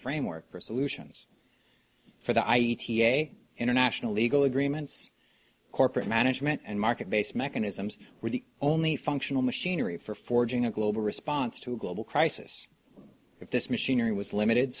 framework for solutions for the e t a international legal agreements corporate management and market based mechanisms were the only functional machinery for forging a global response to a global crisis but this machinery was limited